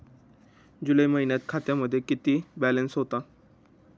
जुलै महिन्यात खात्यामध्ये किती बॅलन्स होता?